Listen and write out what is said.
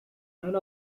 none